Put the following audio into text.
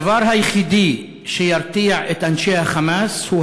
הדבר היחידי שירתיע את אנשי ה"חמאס" הוא